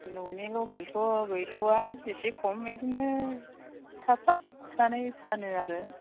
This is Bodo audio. न'नि लकेलथ' गैथ'आ एसे खम बिदिनो साफा सानै फानो आरो